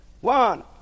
One